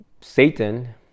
Satan